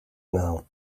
now